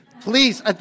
Please